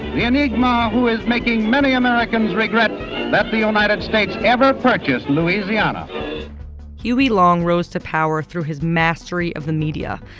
the enigma who is making many americans regret that the united states ever purchased louisiana huey long rose to power through his mastery of the media,